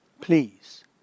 Please